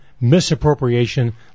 misappropriation